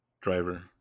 driver